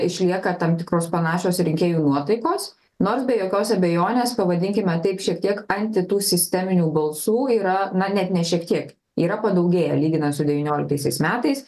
išlieka tam tikros panašios rinkėjų nuotaikos nors be jokios abejonės pavadinkime taip šiek tiek anti tų sisteminių balsų yra na net ne šiek kiek yra padaugėję lyginat su devynioliktaisiais metais